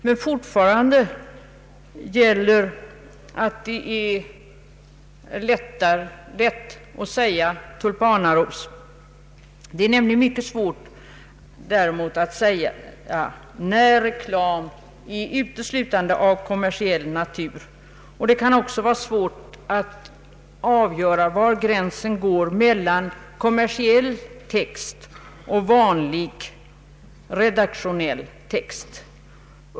Men fortfarande gäller att det är lätt att säga tulipanaros, om man stannar där. Men det är mycket svårt att avgöra när reklam är av uteslutande kommersiell natur, och det kan också vara besvärligt att utreda var gränsen går mellan kommersiell och redaktionell text.